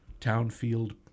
Townfield